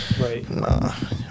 right